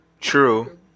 True